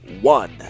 one